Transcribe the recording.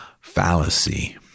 fallacy